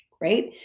Right